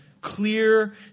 clear